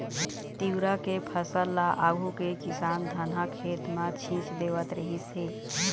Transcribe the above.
तिंवरा के फसल ल आघु के किसान धनहा खेत म छीच देवत रिहिस हे